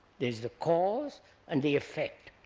there is the cause and the effect.